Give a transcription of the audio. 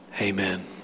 Amen